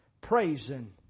praising